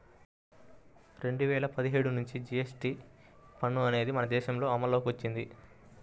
రెండు వేల పదిహేడు నుంచి జీఎస్టీ పన్ను అనేది మన దేశంలో అమల్లోకి వచ్చింది